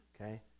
okay